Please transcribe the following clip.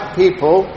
people